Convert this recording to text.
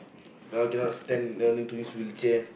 well cannot stand they all need to use wheelchair